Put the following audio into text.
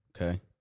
Okay